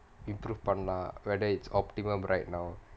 improvement lah whether its optimum right now